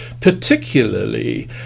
particularly